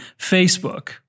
Facebook